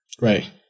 Right